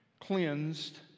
cleansed